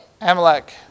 Amalek